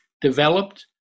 developed